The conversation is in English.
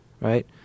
right